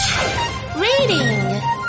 Reading